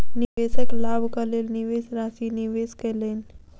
निवेशक लाभक लेल निवेश राशि निवेश कयलैन